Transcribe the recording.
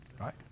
Right